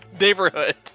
neighborhood